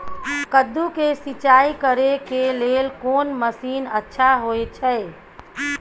कद्दू के सिंचाई करे के लेल कोन मसीन अच्छा होय छै?